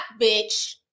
bitch